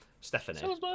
stephanie